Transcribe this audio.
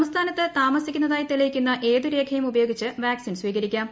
സംസ്ഥാനത്ത് താമസിക്കുന്നതായി തെളിയിക്കുന്ന ഏതു രേഖയും ഉപ്പയോഗിച്ച് വാക്സിൻ സ്വീകരിക്കാം